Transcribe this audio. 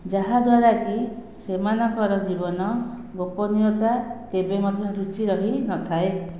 ଯାହା ଦ୍ୱାରା କି ସେମାନଙ୍କର ଜୀବନ ଗୋପନୀୟତା କେବେ ମଧ୍ୟ ଲୁଚି ରହି ନଥାଏ